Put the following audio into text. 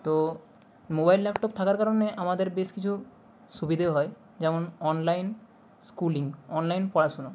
তো mobile laptop থাকার কারণে আমাদের বেশ কিছু সুবিধে হয় অনলাইন স্কুলিং অনলাইন পড়াশুনো